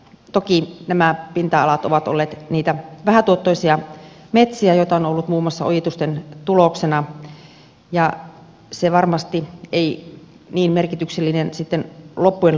toki nämä pinta alat ovat olleet niitä vähätuottoisia metsiä joita on ollut muun muassa ojitusten tuloksena ja se varmasti ei niin merkityksellinen sitten loppujen lopuksi ole